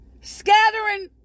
Scattering